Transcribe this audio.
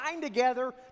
together